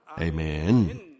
Amen